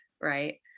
right